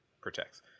protects